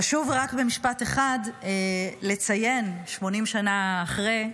חשוב רק במשפט אחד לציין, 80 שנה אחרי,